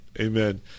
Amen